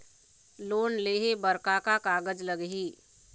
Loan लेहे बर का का कागज लगही?